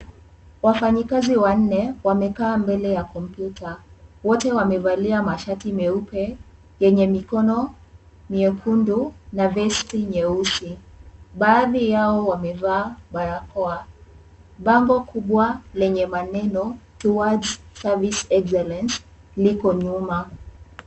Wafanyikazi wanne, wamekaa mbele ya kompyuta. Wote wamevalia mashati meupe yenye mikono myekundu na vesti nyeusi. Baadhi yao wamevaa barakoa, bango kubwa lenye maneno, towards service excellence liko nyuma.